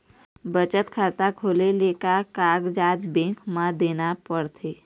बचत खाता खोले ले का कागजात बैंक म देना पड़थे?